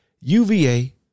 UVA